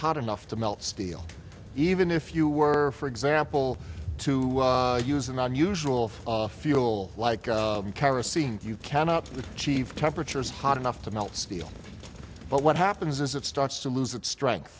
hot enough to melt steel even if you were for example to use an unusual fuel like kerosene you cannot achieve temperatures hot enough to melt steel but what happens is it starts to lose its str